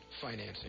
financing